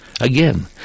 Again